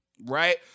Right